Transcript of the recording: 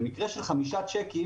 אבל במקרה של חמישה צ'קים,